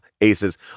aces